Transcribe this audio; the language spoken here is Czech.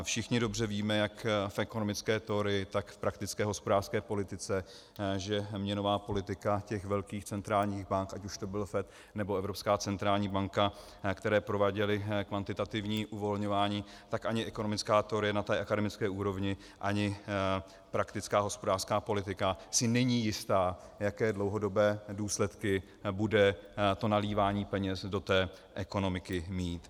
Všichni dobře víme jak v ekonomické teorii, tak v praktické hospodářské politice, že měnová politika těch velkých centrálních bank, ať už to byl FED nebo Evropská centrální banka, které prováděly kvantitativní uvolňování, tak ani ekonomická teorie na té akademické úrovni, ani praktická hospodářská politika si není jista, jaké dlouhodobé důsledky bude to nalévání peněz do ekonomiky mít.